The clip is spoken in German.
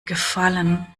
gefallen